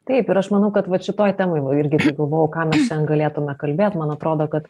taip ir aš manau kad vat šitoj temoj irgi galvojau ką mes šian galėtume kalbėt man atrodo kad